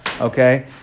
okay